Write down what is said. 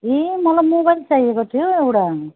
ए मलाई मोबाइल चाहिएको थियो एउटा